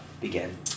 begin